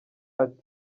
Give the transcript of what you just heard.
ati